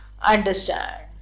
understand